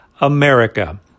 America